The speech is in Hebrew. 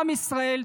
עם ישראל,